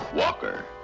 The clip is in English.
Walker